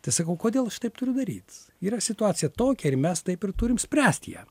tai sakau kodėl aš taip turiu daryt yra situacija tokia ir mes taip ir turim spręst ją